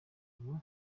ubu